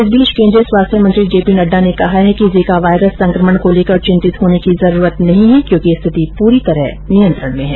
इस बीच केन्द्रीय स्वास्थ्य मंत्री जे पी नड्डा ने कहा है कि जीका वायरस संक्रमण को लेकर चिंतित होने की जरूरत नहीं है क्योंकि स्थिति पूरी तरह नियंत्रण में है